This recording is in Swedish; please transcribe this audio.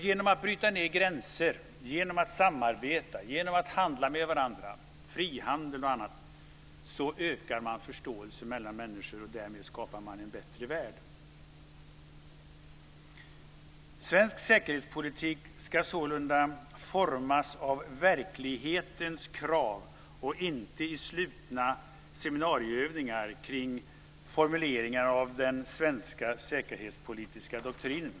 Genom att bryta ned gränser, genom att samarbeta, genom att handla med varandra genom frihandel och annat ökar man förståelsen mellan människor, och därmed skapar man en bättre värld. Svensk säkerhetspolitik ska sålunda formas av verklighetens krav och inte i slutna seminarieövningar kring formuleringar av den svenska säkerhetspolitiska doktrinen.